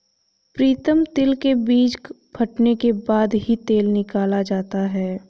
प्रीतम तिल के बीज फटने के बाद ही तेल निकाला जाता है